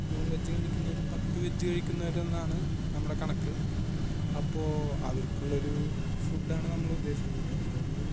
non veg കഴിക്കുന്നവരും പത്ത് veg കഴിക്കുന്നവരുമെന്നാണ് നമ്മുടെ കണക്ക് അപ്പോൾ അവർക്കുള്ള ഒരു ഫുഡാണ് നമ്മളുദ്ദേശിക്കുന്നത് അപ്പോൾ ഒരു